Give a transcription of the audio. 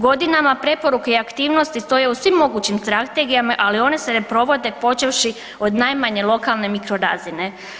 Godinama preporuke i aktivnosti stoje u svim mogućim strategijama, ali one se ne provode počevši od najmanje lokalne mikro razine.